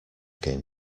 game